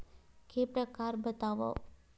के प्रकार बतावव?